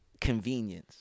Convenience